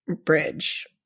Bridge